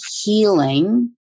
healing